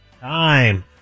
Time